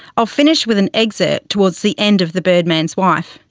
i'll finish with an excerpt towards the end of the birdman's wife,